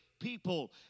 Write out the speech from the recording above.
People